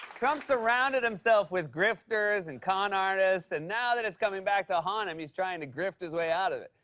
trump surrounded himself with grifters and con artists, and now that it's coming back to haunt him, he's trying to grift his way out of it.